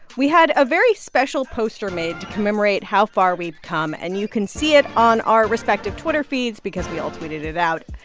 we had a very special poster made to commemorate how far we've come, and you can see it on our respective twitter feeds because we all tweeted it out.